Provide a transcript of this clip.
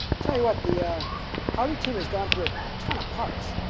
tell you what. the ah audi team has gone through a ton of parts.